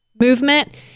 movement